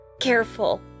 careful